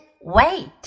wait